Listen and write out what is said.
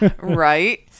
Right